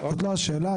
זאת לא השאלה.